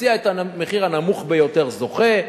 המציע את המחיר הנמוך ביותר זוכה.